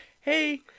hey